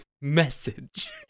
message